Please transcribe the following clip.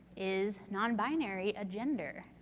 is non binary a gender?